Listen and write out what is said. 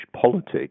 politics